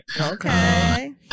Okay